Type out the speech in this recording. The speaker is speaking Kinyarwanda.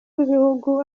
b’ibihugu